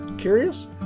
curious